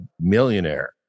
millionaire